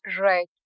right